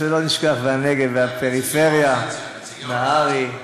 שלא נשכח, והנגב והפריפריה, נהרי,